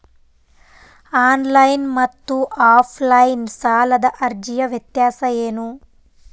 Online ಮತ್ತು offline ಸಾಲದ ಅರ್ಜಿಯ ವ್ಯತ್ಯಾಸ ಏನು?